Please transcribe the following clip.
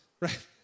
right